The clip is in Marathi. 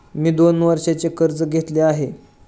मी दोन वर्षांचे कर्ज घेतले आहे